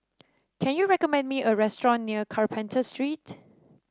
can you recommend me a restaurant near Carpenter Street